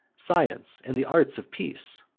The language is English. science, and the arts of peace,